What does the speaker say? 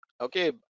okay